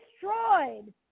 destroyed